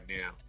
now